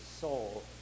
soul